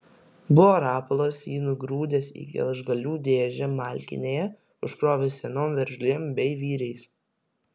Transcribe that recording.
buvo rapolas jį nugrūdęs į gelžgalių dėžę malkinėje užkrovęs senom veržlėm bei vyriais